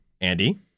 Andy